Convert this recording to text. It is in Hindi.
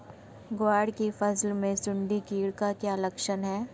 ग्वार की फसल में सुंडी कीट के क्या लक्षण है?